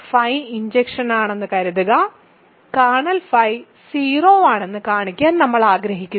φ ഇൻജക്ഷനാണെന്ന് കരുതുക kernel phi 0 ആണെന്ന് കാണിക്കാൻ നമ്മൾ ആഗ്രഹിക്കുന്നു